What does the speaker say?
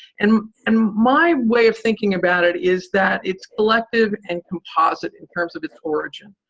and and my way of thinking about it is that it's collective and composite in terms of its origin.